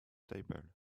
table